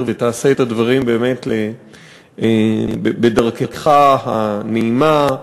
ותעשה את הדברים באמת בדרכך הנעימה,